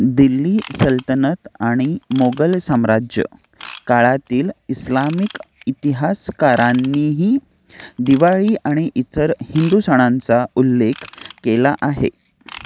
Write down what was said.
दिल्ली सल्तनत आणि मोगल साम्राज्य काळातील इस्लामिक इतिहासकारांनीही दिवाळी आणि इतर हिंदू सणांचा उल्लेख केला आहे